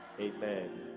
amen